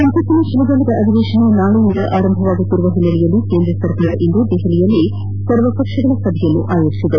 ಸಂಸತ್ತಿನ ಚಳಿಗಾಲದ ಅಧಿವೇಶನ ನಾಳೆಯಿಂದ ಆರಂಭವಾಗುತ್ತಿರುವ ಹಿನ್ನೆಲೆಯಲ್ಲಿ ಕೇಂದ್ರಸರ್ಕಾರ ಇಂದು ದೆಹಲಿಯಲ್ಲಿ ಸರ್ವಪಕ್ಷಗಳ ಸಭೆಯನ್ನು ಆಯೋಜಿಸಿದೆ